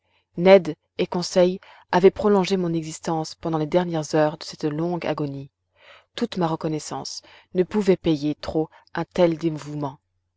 ned et conseil avaient prolongé mon existence pendant les dernières heures de cette longue agonie toute ma reconnaissance ne pouvait payer trop un tel dévouement